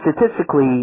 statistically